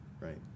right